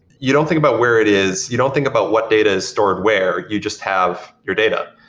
you don't think about where it is. you don't think about what data is stored where. you just have your data.